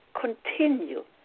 Continue